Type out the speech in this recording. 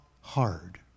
hard